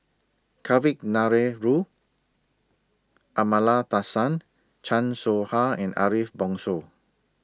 Kavignareru Amallathasan Chan Soh Ha and Ariff Bongso